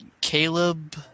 Caleb